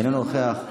אינו נוכח,